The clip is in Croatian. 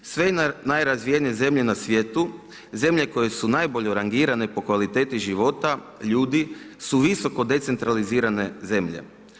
Sve najrazvijenije zemlje na svijetu, zemlje koje su najbolje rangirane po kvaliteti života, ljudi su visoko decentralizirane zemlje.